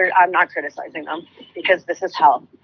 i'm not criticizing them because this is hell.